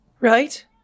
Right